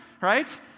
right